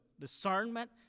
discernment